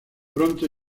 pronto